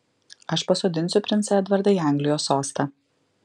aš pasodinsiu princą edvardą į anglijos sostą